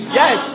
yes